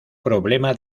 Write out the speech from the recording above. problema